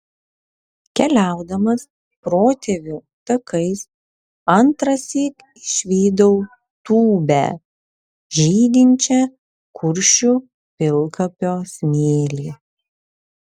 keliaudamas protėvių takais antrąsyk išvydau tūbę žydinčią kuršių pilkapio smėly